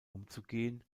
umzugehen